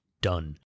done